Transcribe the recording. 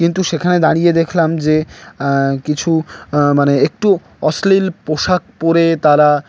কিন্তু সেখানে দাঁড়িয়ে দেখলাম যে কিছু মানে একটু অশ্লীল পোশাক পরে তারা